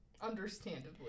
Understandably